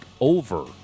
over